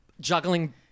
juggling